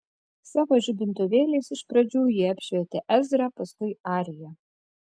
savo žibintuvėliais iš pradžių jie apšvietė ezrą paskui ariją